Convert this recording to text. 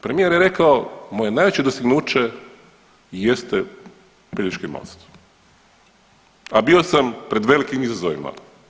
Premijer je rekao moje najveće dostignuće jeste Pelješki most, a bio sam pred velikim izazovima.